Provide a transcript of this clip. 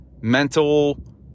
mental